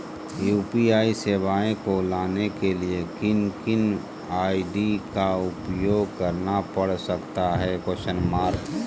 UPI सेवाएं को लाने के लिए किन किन आई.डी का उपयोग करना पड़ सकता है?